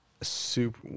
super